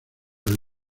del